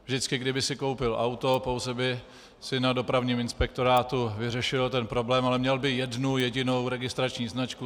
Vždycky kdyby si koupil auto, pouze by si na dopravním inspektorátu vyřešil ten problém, ale měl by jednu jedinou registrační značku.